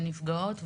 בנפגעות.